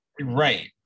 Right